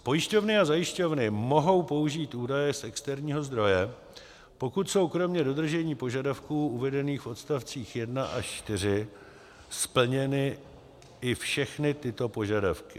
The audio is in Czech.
Pojišťovny a zajišťovny mohou použít údaje z externího zdroje, pokud jsou kromě dodržení požadavků uvedených v odstavcích 1 až 4 splněny i všechny tyto požadavky: